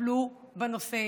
טפלו בנושא